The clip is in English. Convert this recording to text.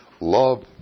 Love